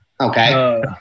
okay